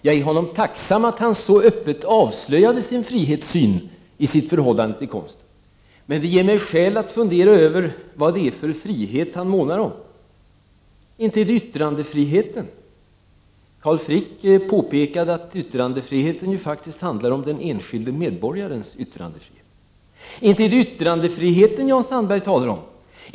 Jag är honom tacksam för att han så öppet avslöjade sin frihetssyn i sitt förhållande till konsten. Men det ger mig skäl att fundera över vad det är för frihet han månar om. Det är då inte yttrandefriheten. Carl Frick påpekade att yttrandefriheten faktiskt handlar om den enskildes yttrandefrihet. Inte är det yttrandefriheten eller konstens frihet som Jan Sandberg talar om.